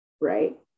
right